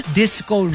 disco